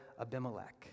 Abimelech